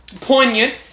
poignant